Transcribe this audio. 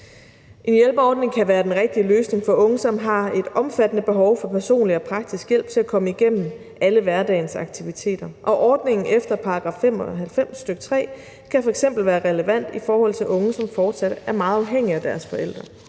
En hjælpeordning kan være den rigtige løsning for unge, som har et omfattende behov for personlig og praktisk hjælp til at komme igennem alle hverdagens aktiviteter. Og ordningen efter § 95, stk. 3, kan f.eks. være relevant i forhold til unge, som fortsat er meget afhængige af deres forældre,